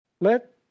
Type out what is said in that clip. let